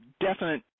definite